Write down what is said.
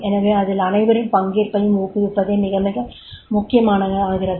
எனவே அதில் அனைவரின் பங்கேற்பையும் ஊக்குவிப்பதே மிக மிக முக்கியமானதாகிறது